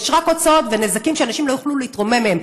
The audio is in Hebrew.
יש רק הוצאות ונזקים שאנשים לא יוכלו להתרומם מהם.